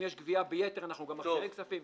אם יש גבייה ביתר אנחנו גם מעבירים כספים.